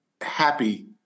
happy